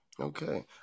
Okay